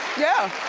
yeah.